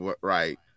right